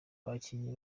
abakinnyi